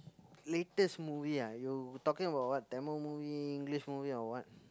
latest movie ah you talking about what Tamil movie English movie or what